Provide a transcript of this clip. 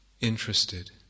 interested